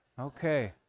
Okay